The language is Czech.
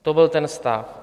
To byl ten stav.